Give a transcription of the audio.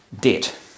debt